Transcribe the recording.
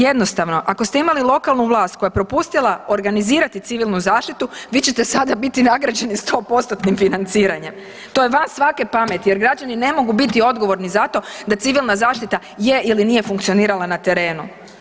Jednostavno, ako ste imali lokalnu vlast koja je propustila organizirati civilnu zaštitu, vi ćete sada biti nagrađeni 100%-tnim financiranjem, to je van svake pameti, jer građani ne mogu biti odgovorni za to da Civilna zaštita je ili nije funkcionirala na terenu.